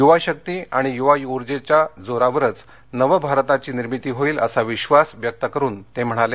यूवा शक्ती आणि यूवा उर्जेच्या जोरावरच नव भारताची निर्मिती होईल असा विश्वास व्यक्त करून ते म्हणाले